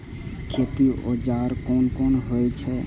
खेती औजार कोन कोन होई छै?